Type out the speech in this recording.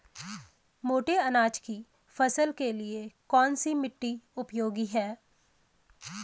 मोटे अनाज की फसल के लिए कौन सी मिट्टी उपयोगी है?